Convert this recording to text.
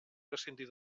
prescindir